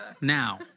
now